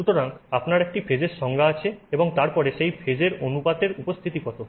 সুতরাং আপনার একটি ফেজ এর সংজ্ঞা আছে এবং তারপরে সেই ফেজ এর অনুপাতের উপস্থিতি কত